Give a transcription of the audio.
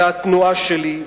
והתנועה שלי,